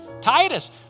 Titus